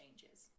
changes